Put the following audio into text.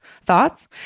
Thoughts